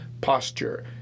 posture